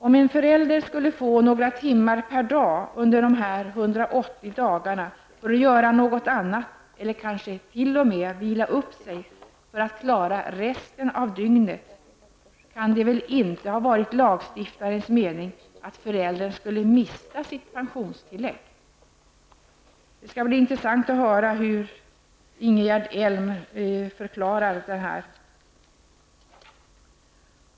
Om en förälder skulle få några timmar per dag under dessa 180 dagar för att göra något annat eller kanske t.o.m. vila upp sig för att klara resten av dygnet, kan det väl inte ha varit lagstiftarens mening att föräldern skulle mista sitt pensionstillägg. Det skall bli intressant att höra hur Ingegerd Hjelm vill förklara detta.